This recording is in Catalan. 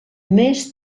més